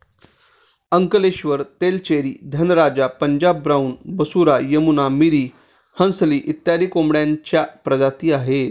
Ankleshwar, Tellicherry, Dhanraja, Punjab brown, Busra, Yamuna, Miri, Hansli इत्यादी कोंबड्यांच्या प्रजाती आहेत